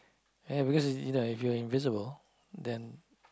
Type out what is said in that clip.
ya because you know if you're invisible then